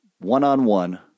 one-on-one